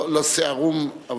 יכול להיות שכתוב "לא שְׂערום".